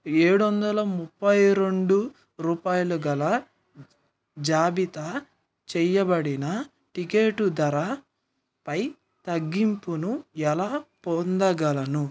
ఏడొందల ముప్పై రెండు రూపాయలు గల జాబితా చెయ్యబడిన టికెట్టు ధర పై తగ్గింపును ఎలా పొందగలను